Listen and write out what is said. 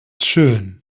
schön